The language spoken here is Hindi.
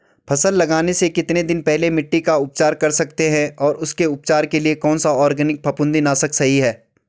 फसल लगाने से कितने दिन पहले मिट्टी का उपचार कर सकते हैं और उसके उपचार के लिए कौन सा ऑर्गैनिक फफूंदी नाशक सही है?